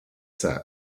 said